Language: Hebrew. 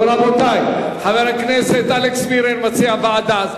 רבותי, חבר הכנסת אלכס מילר מציע ועדה.